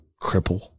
cripple